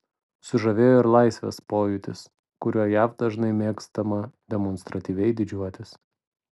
sužavėjo ir laisvės pojūtis kuriuo jav dažnai mėgstama demonstratyviai didžiuotis